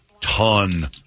ton